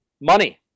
Money